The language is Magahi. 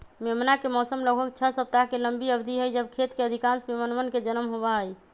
मेमना के मौसम लगभग छह सप्ताह के लंबी अवधि हई जब खेत के अधिकांश मेमनवन के जन्म होबा हई